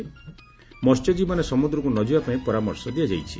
ମସ୍ୟଜୀବୀମାନେ ସମୁଦ୍ରକୁ ନ ଯିବାପାଇଁ ପରାମର୍ଶ ଦିଆଯାଇଛି